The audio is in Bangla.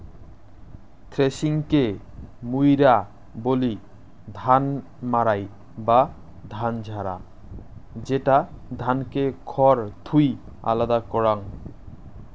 থ্রেশিংকে মুইরা বলি ধান মাড়াই বা ধান ঝাড়া, যেটা ধানকে খড় থুই আলাদা করাং